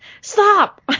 Stop